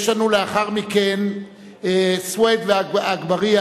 סוייד ואגבאריה